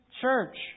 church